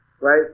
Right